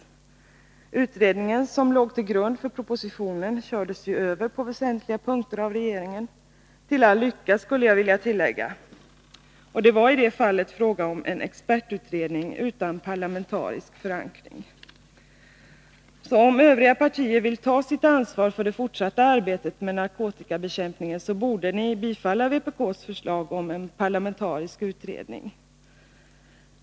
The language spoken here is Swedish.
Den utredning som låg till grund för propositionen kördes ju över på väsentliga punkter av regeringen - till all lycka skulle jag vilja tillägga. Det var i det fallet fråga om en expertutredning utan parlamentarisk förankring. Om övriga partier vill ta sitt ansvar för det fortsatta arbetet med narkotikabekämpningen borde de bifalla vpk:s förslag om en parlamentarisk utredning.